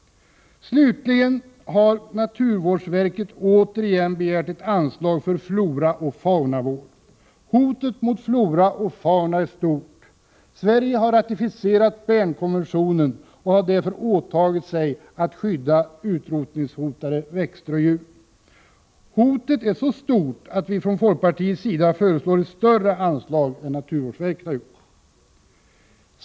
Slutligen har naturvårdsverket återigen begärt ett anslag för floraoch faunavård. Hotet mot flora och fauna är stort. Sverige har ratificerat Bernkonventionen och har därför åtagit sig att skydda utrotningshotade växter och djur. Hotet är så stort att vi från folkpartiets sida föreslår ett högre anslag än vad naturvårdsverket har gjort.